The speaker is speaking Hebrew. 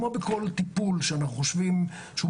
כמו בכל טיפול מורכב,